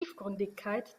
tiefgründigkeit